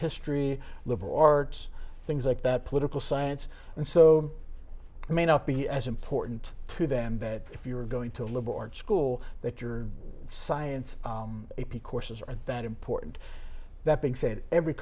history liberal arts things like that political science and so it may not be as important to them that if you're going to a liberal arts school that your science a p courses aren't that important that being said every